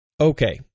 Okay